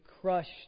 crushed